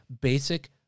basic